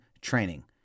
training